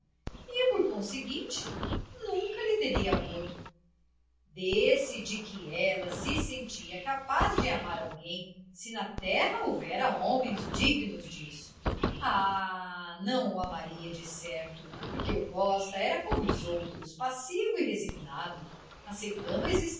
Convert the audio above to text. e por conseguinte nunca lhe teria amor desse de que ela se sentia capaz de amar alguém se na terra houvera homens dignos disso ah não o amaria decerto porque o costa era como os outros passivo e resignado aceitando